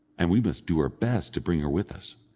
and we must do our best to bring her with us,